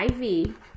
IV